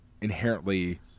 inherently